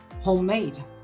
homemade